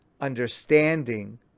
understanding